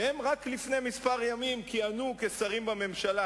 כשהם רק לפני כמה ימים כיהנו כשרים בממשלה,